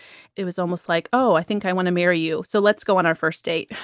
it was almost like, oh, i think i want to marry you. so let's go on our first date.